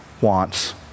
wants